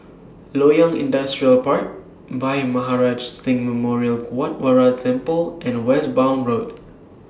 Loyang Industrial Park Bhai Maharaj Singh Memorial Gurdwara Temple and Westbourne Road